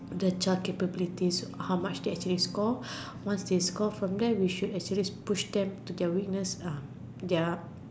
the child capabilities how much they can score once they score from there we should actually push them to their weakness